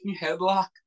headlock